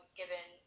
given